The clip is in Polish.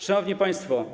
Szanowni Państwo!